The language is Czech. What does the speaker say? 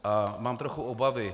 A mám trochu obavy.